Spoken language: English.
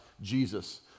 Jesus